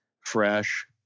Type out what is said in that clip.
fresh